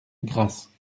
grasse